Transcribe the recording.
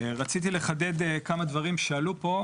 רציתי לחדד כמה דברים שעלו פה,